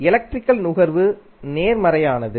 electrical நுகர்வு நேர்மறையானது